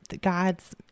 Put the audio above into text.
God's